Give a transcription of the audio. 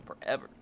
forever